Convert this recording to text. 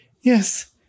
yes